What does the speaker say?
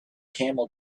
camel